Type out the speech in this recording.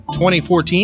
2014